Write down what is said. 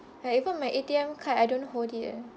like even my A_T_M card I don't hold it eh